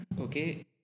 okay